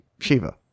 Shiva